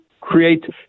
create